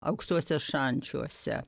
aukštuose šančiuose